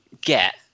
get